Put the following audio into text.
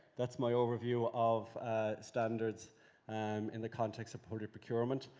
that's my overview of standards um in the context of public procurement.